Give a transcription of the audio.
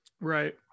right